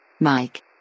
Mike